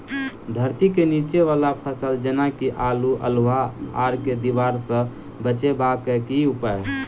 धरती केँ नीचा वला फसल जेना की आलु, अल्हुआ आर केँ दीवार सऽ बचेबाक की उपाय?